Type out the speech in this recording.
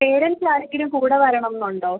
പേരൻറ്റ്സാരെങ്കിലും കൂടെ വരണമെന്നുണ്ടോ